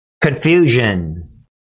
Confusion